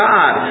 God